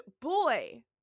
boy